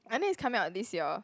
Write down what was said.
I think it's coming out this year